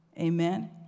Amen